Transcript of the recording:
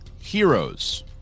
Heroes